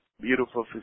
beautiful